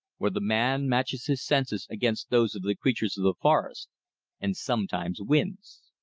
where the man matches his senses against those of the creatures of the forest and sometimes wins.